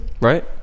Right